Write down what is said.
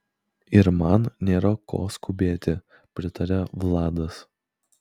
ir man nėra ko skubėti pritaria vladas